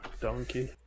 donkey